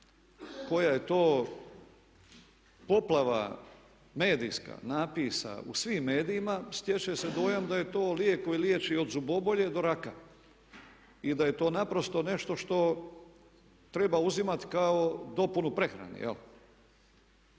koja je to poplava medijska napisa u svim medijima stječe se dojam da je to lijek koji liječi od zubobolje do raka i da je to naprosto nešto što treba uzimati kao dopunu prehrani.